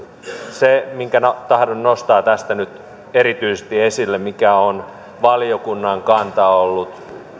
se minkä tahdon nostaa tästä nyt erityisesti esille mikä on valiokunnan kanta ollut